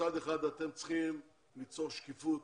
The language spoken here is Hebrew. שמצד אחד אתם צריכים ליצור שקיפות